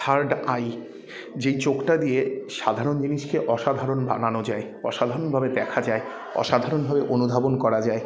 third eye যেই চোখটা দিয়ে সাধারণ জিনিসকে অসাধারণ বানানো যায় অসাধারণভাবে দেখা যায় অসাধারণভাবে অনুধাবন করা যায়